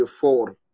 four